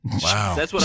Wow